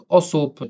osób